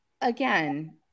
again